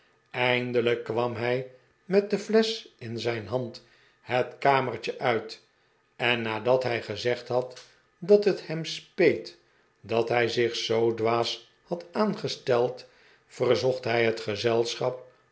eindelijk kwam hij met de flesch in zijn hand het kamertje uit en nadat hij gezegd had dat het hem speet dat hij zich zoo dwaas had aangesteld verzocht hij het gezelschap